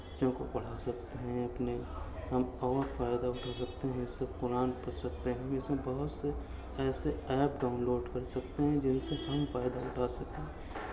بچوں کو پڑھا سکتے ہیں اپنے ہم اور فائدہ اٹھا سکتے ہیں اس سے قرآن پڑھ سکتے ہیں ہم اس میں بہت سے ایسے ایپ ڈاؤن لوڈ کر سکتے ہیں جن سے ہم فائدہ اٹھا سکتے ہیں